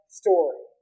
story